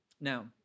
Now